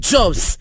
Jobs